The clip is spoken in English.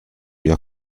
your